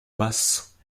basse